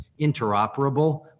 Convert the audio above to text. interoperable